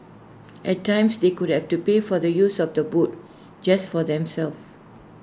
at times they could have to pay for the use of the boat just for themselves